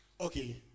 Okay